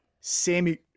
Sammy